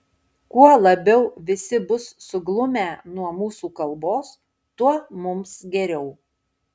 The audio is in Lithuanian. kuo labiau visi bus suglumę nuo mūsų kalbos tuo mums geriau